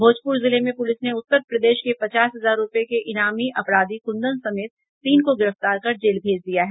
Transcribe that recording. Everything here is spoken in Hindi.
भोजपूर जिले में पूलिस ने उत्तर प्रदेश के पचास हजार रूपये के इनामी अपराधी कुंदन समेत तीन को गिरफ्तार कर जेल भेज दिया है